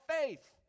faith